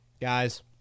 guys